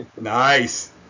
nice